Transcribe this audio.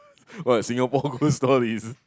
what Singapore ghost stories